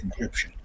encryption